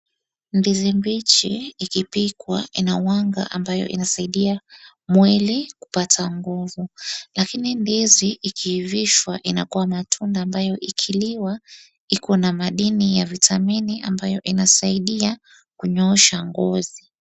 Ndizi mbichi ikipikwa inawanga ambayo inasaidia mwili kupata nguvu. Lakini ndizi ikiivishwa inakua matunda ambayo ikiliwa , ikona madini ya vitamini ambayo inasaidia kunyoosha ngozi.